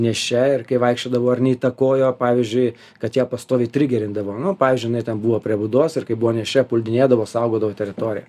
nėščiai ir kai vaikščiodavo ar neįtakojo pavyzdžiui kad ją pastoviai trigerindavo nu pavyzdžiui jinai ten buvo prie būdos ir kai buvo nėščia puldinėdavo saugodavo teritoriją